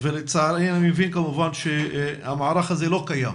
ולצערי אני מבין כמובן שהמערך הזה לא קיים.